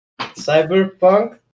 Cyberpunk